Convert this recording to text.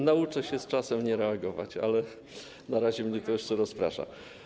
Nauczę się z czasem nie reagować, ale na razie mnie to jeszcze rozprasza.